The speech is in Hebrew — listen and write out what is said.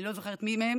אני לא זוכרת מי מהם,